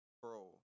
Bro